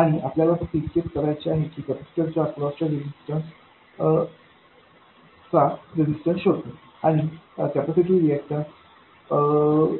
आणि आपल्याला फक्त इतकेच करायचे आहे की कपॅसिटर च्या अक्रॉस चा रेझिस्टन्स शोधणे आणि कॅपेसिटिव्ह रिएक्टन्स